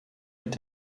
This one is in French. est